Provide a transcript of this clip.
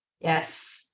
Yes